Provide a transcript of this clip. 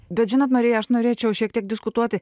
bet žinot marija aš norėčiau šiek tiek diskutuoti